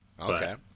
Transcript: Okay